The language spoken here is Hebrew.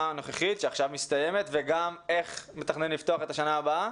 הנוכחית שמסתיימת וגם איך מתכוונים לפתוח את העונה הבאה?